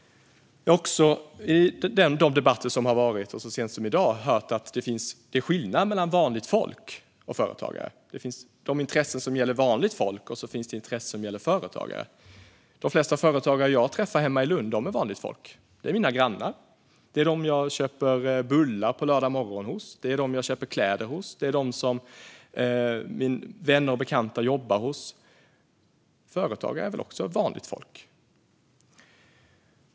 I de debatter som har varit, och så sent som i dag, har jag också hört att det är skillnad mellan vanligt folk och företagare - att det finns intressen som gäller vanligt folk och intressen som gäller företagare. De flesta företagare jag träffar hemma i Lund är vanligt folk. Det är mina grannar. Det är dem jag köper bullar hos på lördag morgon. Det är dem jag köper kläder hos. Det är dem mina vänner och bekanta jobbar hos. Företagare är väl också vanligt folk?